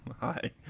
Hi